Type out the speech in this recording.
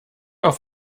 auf